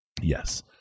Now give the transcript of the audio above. Yes